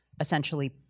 essentially